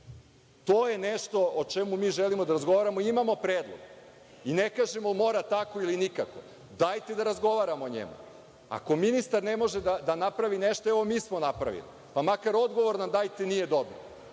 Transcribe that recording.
To je nešto o čemu mi želimo da razgovaramo. I imamo predlog i ne kažemo mora tako ili nikako. Dajte da razgovaramo o njemu. Ako ministar ne može da napravi nešto, evo mi smo napravili, pa makar odgovor nam dajte nije dobro,